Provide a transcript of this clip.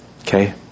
Okay